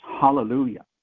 Hallelujah